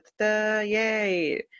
Yay